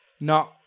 No